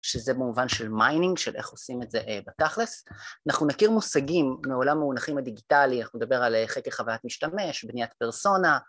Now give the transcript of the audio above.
שזה במובן של מיינינג, של איך עושים את זה בתכלס אנחנו נכיר מושגים מעולם המונחים הדיגיטלי, אנחנו נדבר על חקר חוויית משתמש, בניית פרסונה